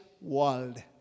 world